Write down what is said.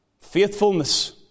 faithfulness